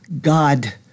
God